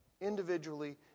individually